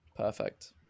perfect